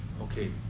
okay